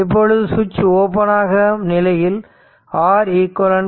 இப்பொழுது சுவிட்ச் ஓபன் ஆன நிலையில் R eq